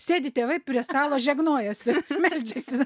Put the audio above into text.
sėdi tėvai prie stalo žegnojasi meldžiasi